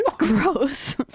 gross